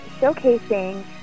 showcasing